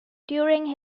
during